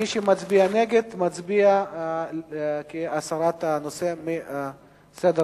מי שמצביע נגד, מצביע להסרת הנושא מסדר-היום.